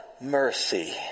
mercy